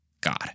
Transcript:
God